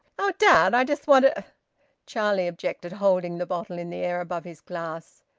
oh, dad! i just want a charlie objected, holding the bottle in the air above his glass.